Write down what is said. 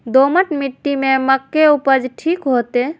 दोमट मिट्टी में मक्के उपज ठीक होते?